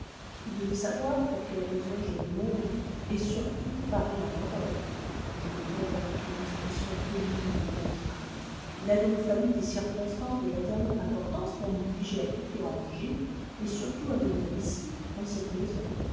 vous devez savoir pour quelles raisons j'ai le monde et surtout paris en horreur dit le comte avec une expression pénible et contrainte il a donc fallu des circonstances de la dernière importance pour m'obliger à quitter angers et surtout à venir ici dans cette maison